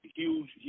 huge